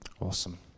Awesome